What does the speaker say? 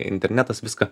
internetas viską